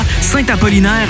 Saint-Apollinaire